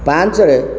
ପାଞ୍ଚରେ